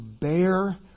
bear